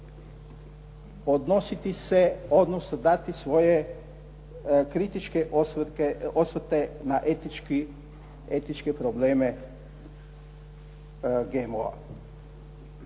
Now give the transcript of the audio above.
odnositi se, odnosno dati svoje kritičke osvrte na etičke probleme GMO-a.